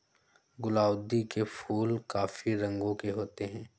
गुलाउदी के फूल काफी रंगों के होते हैं